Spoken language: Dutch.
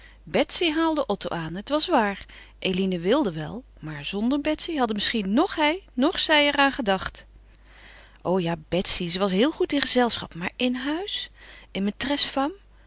betsy haalde otto aan het was waar eline wilde wel maar zonder betsy hadden misschien noch hij noch zij er aan gedacht o ja betsy ze was heel goed in gezelschap maar in huis een maîtresse femme